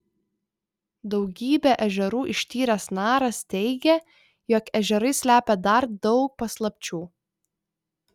daugybę ežerų ištyręs naras teigia jog ežerai slepia dar daug paslapčių